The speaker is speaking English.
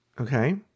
Okay